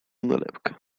nalepkę